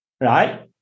right